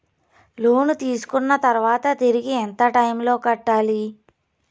లోను తీసుకున్న తర్వాత తిరిగి ఎంత టైములో కట్టాలి